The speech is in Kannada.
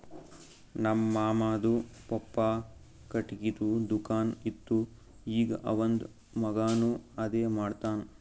ನಮ್ ಮಾಮಾದು ಪಪ್ಪಾ ಖಟ್ಗಿದು ದುಕಾನ್ ಇತ್ತು ಈಗ್ ಅವಂದ್ ಮಗಾನು ಅದೇ ಮಾಡ್ತಾನ್